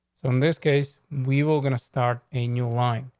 so in this case, we were going to start a new line.